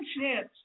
chance